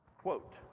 quote